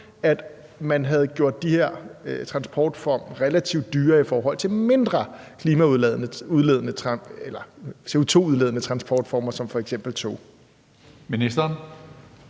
at man havde gjort de her transportformer relativt dyrere i forhold til mindre CO2-udledende transportformer som f.eks. tog? Kl.